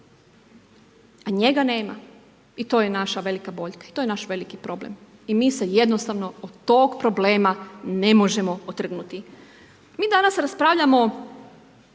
A njega nema i to je naša velika boljka i to je naš veliki problem i mi se jednostavno od tog problema ne možemo otrgnuti. Mi danas raspravljamo,